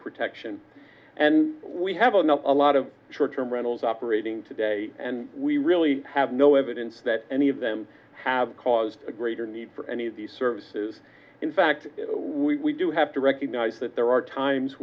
protection and we have enough a lot of short term rentals operating today and we really have no evidence that any of them have caused a greater need for any of these services in fact we do have to recognize that there are times